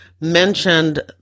mentioned